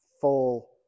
full